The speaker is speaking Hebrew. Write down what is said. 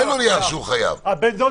אין לו נייר שהוא חייב.